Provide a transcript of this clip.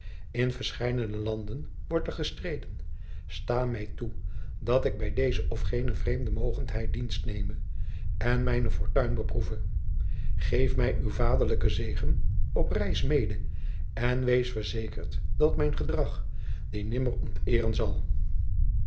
de pleegzoon wordt er gestreden sta mij toe dat ik bij deze of gene vreemde mogendheid dienst neme en mijne fortuin beproeve geef mij uwen vaderlijken zegen op reis mede en wees verzekerd dat mijn gedrag dien nimmer onteeren zal